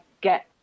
get